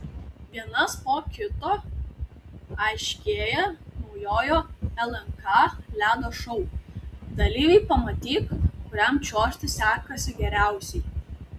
vienas po kito aiškėja naujojo lnk ledo šou dalyviai pamatyk kuriam čiuožti sekasi geriausiai